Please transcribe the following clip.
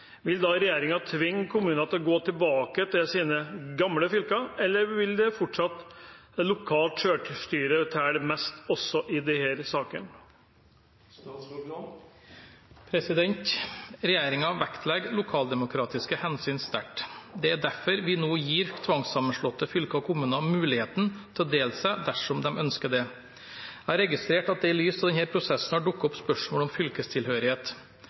Vil da regjeringen tvinge kommuner til å gå tilbake til sine gamle fylker, eller vil fortsatt lokalt selvstyre telle mest også i disse sakene?» Regjeringen vektlegger lokaldemokratiske hensyn sterkt. Det er derfor vi nå gir tvangssammenslåtte fylker og kommuner muligheten til å dele seg dersom de ønsker det. Jeg registrerer at det i lys av denne prosessen har dukket opp spørsmål om fylkestilhørighet.